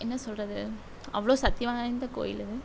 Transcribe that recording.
என்ன சொல்வது அவ்வளோ சக்தி வாய்ந்த கோயில் அது